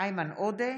איימן עודה,